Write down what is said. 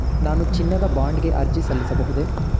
ನಾನು ಚಿನ್ನದ ಬಾಂಡ್ ಗೆ ಅರ್ಜಿ ಸಲ್ಲಿಸಬಹುದೇ?